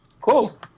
Cool